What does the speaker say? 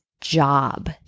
job